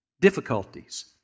difficulties